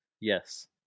Yes